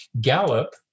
Gallup